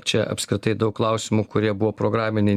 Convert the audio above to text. čia apskritai daug klausimų kurie buvo programiniai